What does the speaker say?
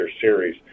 series